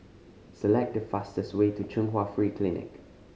select the fastest way to Chung Hwa Free Clinic